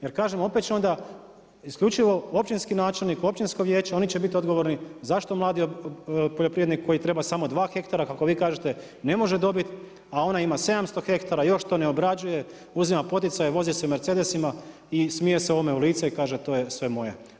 Jer kažem, opet će onda, isključivo, općinski načelnik, općinsko vijeće, oni će biti odgovorni, zašto mladi poljoprivrednik koji treba samo 2 hektara kako vi kažete, ne možete dobiti, a ona ima 700 hektara, još to ne obrađuje, uzima poticaje, vozi se Mercedesima i smije se ovome u lice i kaže to je sve moje.